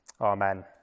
Amen